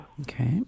okay